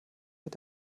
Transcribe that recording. mit